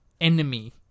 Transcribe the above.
enemy